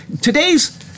today's